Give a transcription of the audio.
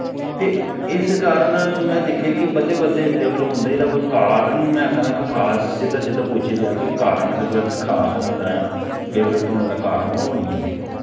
ते इस कारण में दिक्खेआ कि बल्लें बल्लें डेवल्प होंदे एह्दा कोई कारण में आक्खां ते खास सिद्धा सिद्धा पुच्छेआ जा के कारण सब्जैक्ट खास होने दा जां फेवरट होने दा कारण ओह् नी ऐ